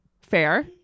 fair